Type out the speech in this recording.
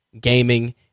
gaming